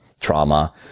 trauma